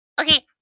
Okay